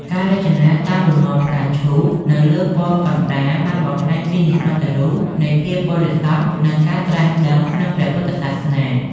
ការរចនាតាមលំនាំផ្កាឈូកនៅលើប៉មកណ្តាលបានបង្ហាញពីនិមិត្តរូបនៃភាពបរិសុទ្ធនិងការត្រាស់ដឹងក្នុងព្រះពុទ្ធសាសនា។